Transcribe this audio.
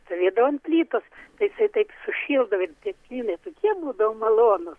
stovėdavo ant plytos tai jisai taip sušildavo ir tie kmynai tokie būdavo malonūs